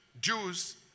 jews